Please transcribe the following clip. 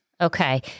Okay